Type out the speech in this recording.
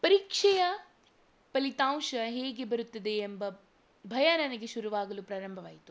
ಪರೀಕ್ಷೆಯ ಫಲಿತಾಂಶ ಹೇಗೆ ಬರುತ್ತದೆ ಎಂಬ ಭಯ ನನಗೆ ಶುರುವಾಗಲು ಪ್ರಾರಂಭವಾಯಿತು